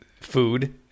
food